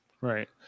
Right